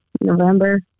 November